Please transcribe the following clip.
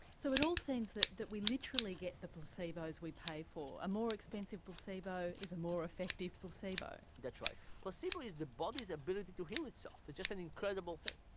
so it all seems that that we literally get the placebos we pay for and a more expensive placebo is a more effective placebo. that's right. placebo is the body's ability to heal itself, it's just an incredible thing.